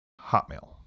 Hotmail